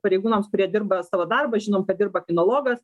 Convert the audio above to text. pareigūnams kurie dirba savo darbą žinom kad dirba kinologas